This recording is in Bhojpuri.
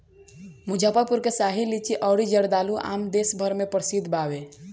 मुजफ्फरपुर के शाही लीची अउरी जर्दालू आम देस भर में प्रसिद्ध बावे